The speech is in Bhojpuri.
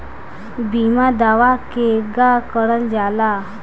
बीमा दावा केगा करल जाला?